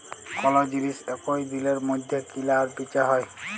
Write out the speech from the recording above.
call জিলিস একই দিলের মইধ্যে কিলা আর বিচা হ্যয়